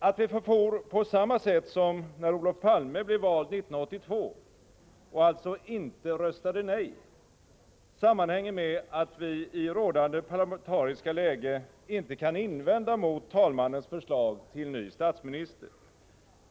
Att vi förfor på samma sätt som när Olof Palme blev vald 1982 och alltså inte röstade nej sammanhänger med att vi i rådande parlamentariska läge inte kan invända mot talmannens förslag till ny statsminister.